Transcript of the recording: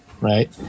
right